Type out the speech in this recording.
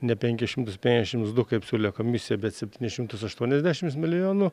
ne penkis šimtus penkiasdešims du kaip siūlė komisija bet septynis šimtus aštuoniasdešims milijonų